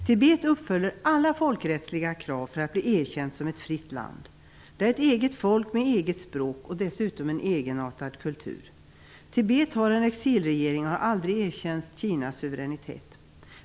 Tibet uppfyller alla folkrättsliga krav för att bli erkänt som ett fritt land. Tibetanerna är ett eget folk med eget språk och dessutom en egenartad kultur. Tibet har en exilregering och har aldrig erkänt Kinas suveränitet.